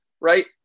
right